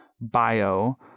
bio